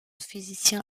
physicien